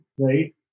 right